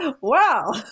Wow